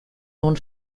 nun